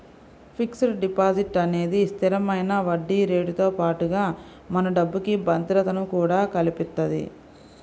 fixed deposit అనేది స్థిరమైన వడ్డీరేటుతో పాటుగా మన డబ్బుకి భద్రతను కూడా కల్పిత్తది